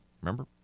remember